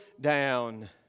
down